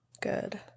Good